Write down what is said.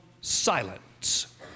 silence